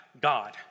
God